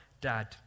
dad